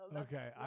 okay